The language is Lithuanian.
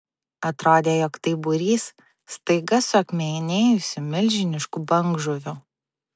atrodė jog tai būrys staiga suakmenėjusių milžiniškų bangžuvių